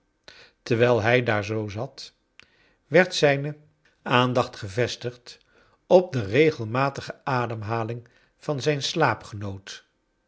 terwijl hij daar zoo zat werd zijne charles dickens aandacht gevestigd op de regelmatige ademhaling van zijn